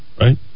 right